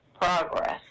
progress